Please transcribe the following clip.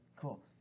Cool